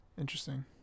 interesting